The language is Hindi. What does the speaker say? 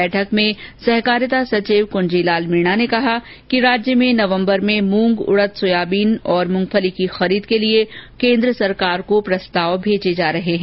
बैठक में सहकारिता सचिव कृंजीलाल मीणा ने कहा कि राज्य में नवम्बर में मूंग उड़द सोयाबीन और मूंगफली की खरीद के लिए केन्द्र ॅसरकार को प्रस्ताव भेजे जा रहे है